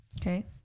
Okay